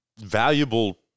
valuable